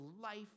life